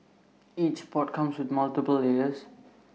each pot comes with multiple layers